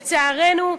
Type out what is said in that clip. לצערנו,